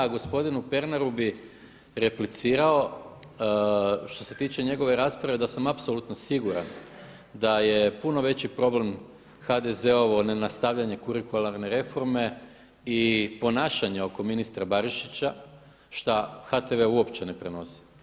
A gospodinu Pernaru bih replicirao što se tiče njegove rasprave da sam apsolutno siguran da je puno veći problem HDZ-ovo nenastavljanje kurikularne reforme i ponašanje oko ministra Barišića šta HTV uopće ne prenosi.